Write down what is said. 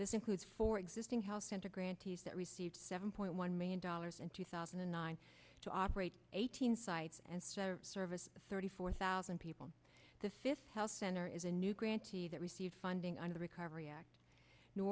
this includes for existing health center grantees that received seven point one million dollars in two thousand and nine to operate eighteen sites and service thirty four thousand people the fifth health center is a new grantee that receives funding and the recovery act new